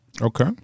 Okay